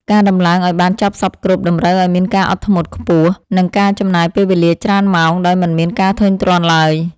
ការដំឡើងឱ្យបានចប់សព្វគ្រប់តម្រូវឱ្យមានការអត់ធ្មត់ខ្ពស់ និងការចំណាយពេលវេលាច្រើនម៉ោងដោយមិនមានការធុញទ្រាន់ឡើយ។